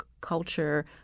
culture